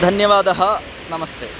धन्यवादः नमस्ते